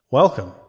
Welcome